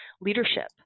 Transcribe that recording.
leadership